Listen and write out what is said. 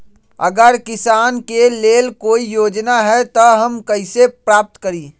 अगर किसान के लेल कोई योजना है त हम कईसे प्राप्त करी?